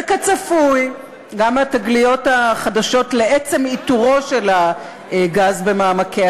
וכצפוי גם התגליות החדשות לעצם איתורו של הגז במעמקי